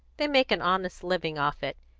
they make an honest living off it,